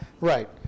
Right